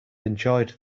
enjoyed